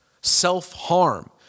self-harm